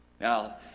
Now